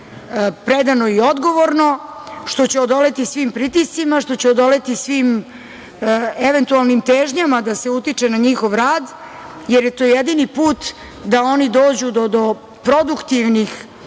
predano i odgovorno, što će odoleti svim pritiscima, što će odoleti svim eventualnim težnjama da se utiče na njihov rad, jer je to jedini put da oni dođu do produktivnih